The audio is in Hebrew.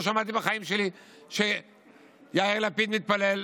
לא שמעתי בחיים שלי שיאיר לפיד מתפלל,